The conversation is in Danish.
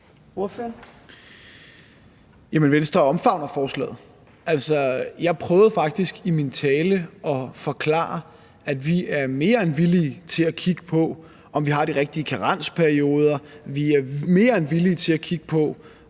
(V): Jamen Venstre omfavner forslaget. Jeg prøvede faktisk i min tale at forklare, at vi er mere end villige til at kigge på, om vi har de rigtige karensperioder. Vi er mere end villige til at kigge på,